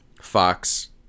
fox